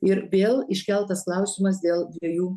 ir vėl iškeltas klausimas dėl dviejų